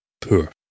poor